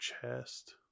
chest